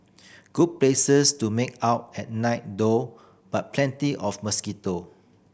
good places to make out at night though but plenty of mosquitoe